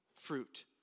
fruit